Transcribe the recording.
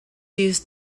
used